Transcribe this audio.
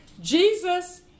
Jesus